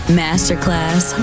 masterclass